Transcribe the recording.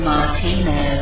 Martino